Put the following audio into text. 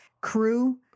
crew